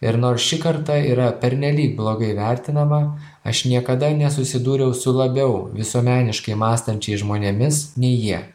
ir nors ši karta yra pernelyg blogai vertinama aš niekada nesusidūriau su labiau visuomeniškai mąstančiais žmonėmis nei jie